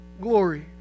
glory